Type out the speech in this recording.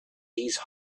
these